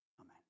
amen